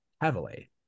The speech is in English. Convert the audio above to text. heavily